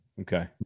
Okay